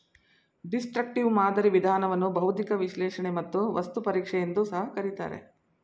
destructive ಮಾದರಿ ವಿಧಾನವನ್ನು ಬೌದ್ಧಿಕ ವಿಶ್ಲೇಷಣೆ ಮತ್ತು ವಸ್ತು ಪರೀಕ್ಷೆ ಎಂದು ಸಹ ಕರಿತಾರೆ